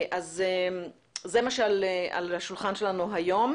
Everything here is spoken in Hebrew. זה מה שעל השולחן שלנו היום,